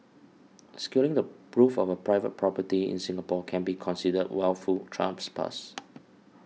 scaling the roof of a private property in Singapore can be considered wilful trespass